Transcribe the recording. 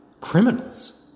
criminals